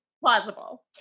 plausible